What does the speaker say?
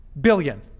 Billion